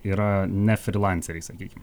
yra ne frylanceriai sakykim